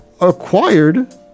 acquired